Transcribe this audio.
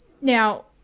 Now